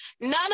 none